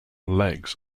legs